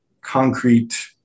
concrete